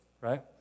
right